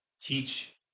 teach